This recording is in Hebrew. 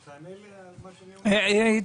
התוצאה החמורה מאוד שקורית בעקבות הדבר הזה היא א',